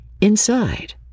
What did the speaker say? Inside